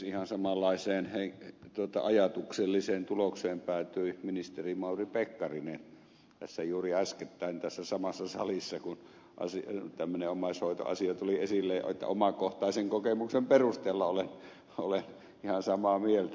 ihan samanlaiseen ajatukselliseen tulokseen päätyi ministeri mauri pekkarinen juuri äskettäin tässä samassa salissa kun tämmöinen omaishoitoasia tuli esille että omakohtaisen kokemuksen perusteella oli ihan samaa mieltä